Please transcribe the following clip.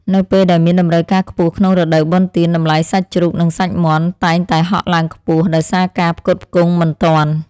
នៅពេលដែលមានតម្រូវការខ្ពស់ក្នុងរដូវបុណ្យទានតម្លៃសាច់ជ្រូកនិងសាច់មាន់តែងតែហក់ឡើងខ្ពស់ដោយសារការផ្គត់ផ្គង់មិនទាន់។